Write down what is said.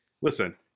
listen